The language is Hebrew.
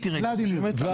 ולדימיר.